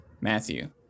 Matthew